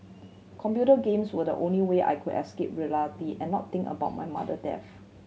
computer games were the only way I could escape reality and not think about my mother death